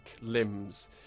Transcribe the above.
limbs